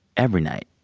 every night.